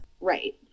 Right